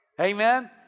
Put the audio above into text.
Amen